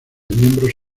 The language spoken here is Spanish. miembros